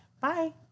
Bye